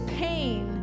pain